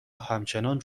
همچنان